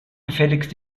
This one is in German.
gefälligst